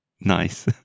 Nice